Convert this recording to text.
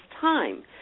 time